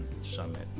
Summit